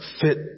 fit